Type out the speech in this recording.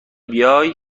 بیای